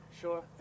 Sure